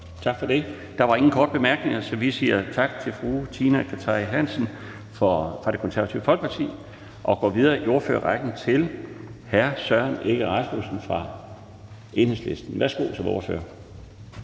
tale var. Der var ingen korte bemærkninger, så vi siger tak til fru Tina Cartey Hansen fra Det Konservative Folkeparti og går videre i ordførerrækken til hr. Søren Egge Rasmussen fra Enhedslisten. Værsgo. Kl.